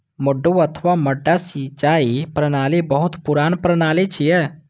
मड्डू अथवा मड्डा सिंचाइ प्रणाली बहुत पुरान प्रणाली छियै